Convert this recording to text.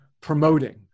promoting